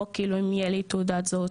או כאילו אם יהיה לי תעודת זהות,